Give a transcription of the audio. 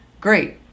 Great